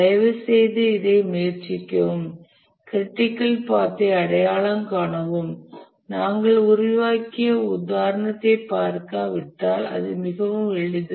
தயவுசெய்து இதை முயற்சிக்கவும் க்ரிட்டிக்கல் பாத் ஐ அடையாளம் காணவும் நாங்கள் உருவாக்கிய உதாரணத்தைப் பார்க்காவிட்டால் அது மிகவும் எளிது